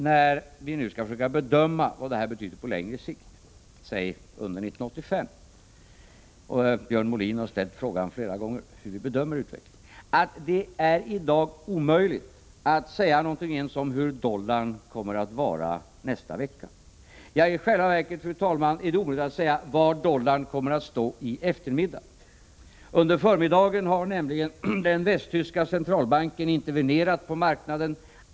När vi nu skall försöka bedöma vad detta betyder i år och på längre sikt — Björn Molin har ställt frågor därom flera gånger — så är sanningen den att det i dag är omöjligt att ens säga någonting om i vilket värde dollarn kommer att stå nästa vecka. Ja, fru talman, i själva verket är det omöjligt att säga i vilket värde dollarn kommer att stå senare i eftermiddag. Under förmiddagen har nämligen den västtyska centralbanken intervenerat på marknaden.